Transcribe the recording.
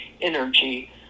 energy